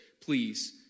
please